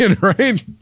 right